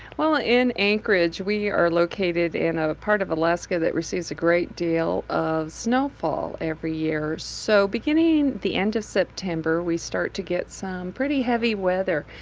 well, ah in anchorage we are located in a part of alaska that receives a great deal of snowfall every year. so beginning at the end of september we start to get some pretty heavy weather.